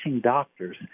doctors –